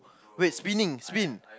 wait spinning spin